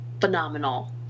phenomenal